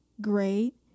great